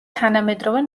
თანამედროვე